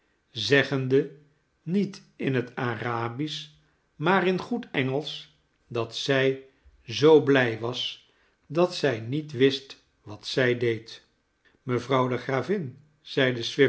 zeggende niet in het arabisch maar in goed engelsch dat zij zoo blij was dat zij niet wist wat zij deed mevrouw de gravin zeide